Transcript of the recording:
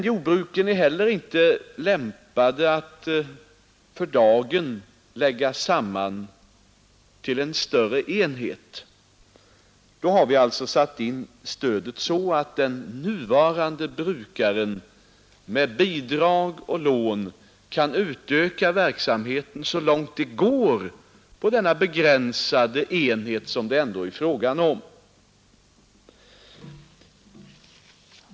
Jordbruken är inte heller lämpade att för dagen läggas samman till en större enhet. Då har vi alltså satt in stödet så att den nuvarande brukaren med bidrag och län kan utöka verksamheten så långt det går på den begränsade enhet som det är fråga om.